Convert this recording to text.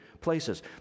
places